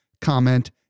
comment